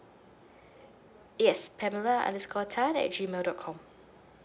yes pamela underscore tan at G mail dot com